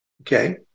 Okay